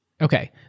okay